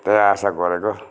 त्यही आशा गरेको